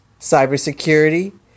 cybersecurity